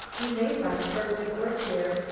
you may find permanent work here.